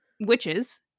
witches